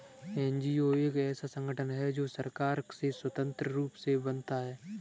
NGO एक ऐसा संगठन है जो सरकार से स्वतंत्र रूप से बनता है